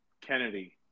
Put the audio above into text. Kennedy